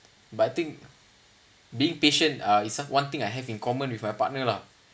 but I think being patient uh is one thing I have in common with my partner lah